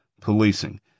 policing